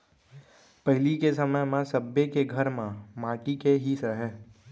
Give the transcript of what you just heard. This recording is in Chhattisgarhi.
पहिली के समय म सब्बे के घर ह माटी के ही रहय